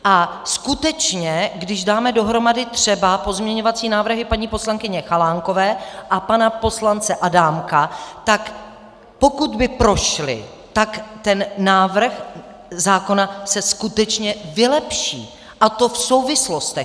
A skutečně když dáme dohromady třeba pozměňovací návrhy paní poslankyně Chalánkové a pana poslance Adámka, tak pokud by prošly, tak ten návrh zákona se skutečně vylepší, a to v souvislostech.